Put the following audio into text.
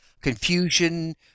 confusion